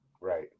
right